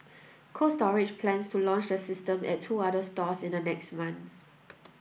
Cold Storage plans to launch the system at two other stores in the next months